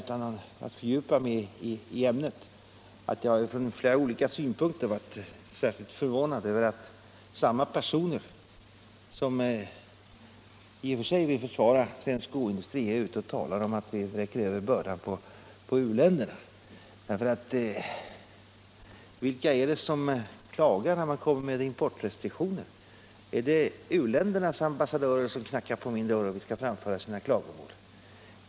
Utan att fördjupa mig i ämnet kan jag här inflika att jag från olika synpunkter varit särskilt förvånad över att samma personer som i och för sig försvarar svensk skoindustri talar om att vi vill vräka över bördan på u-länderna. Vilka är det som klagar, när man kommer med importrestriktioner? Är det u-ländernas ambassadörer som knackar på min dörr och vill framföra klagomål?